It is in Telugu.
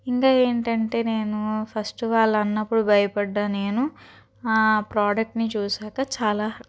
ఇంకా ఏంటంటే నేను ఫస్ట్ వాళ్ళు అన్నప్పుడు భయపడ్డా నేను ఆ ప్రోడక్ట్ని చూసాక చాలా